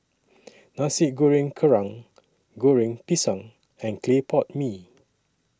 Nasi Goreng Kerang Goreng Pisang and Clay Pot Mee